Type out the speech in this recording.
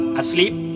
asleep